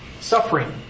Suffering